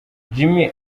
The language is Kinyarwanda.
jimmy